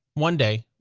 one day,